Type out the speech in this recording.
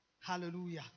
Hallelujah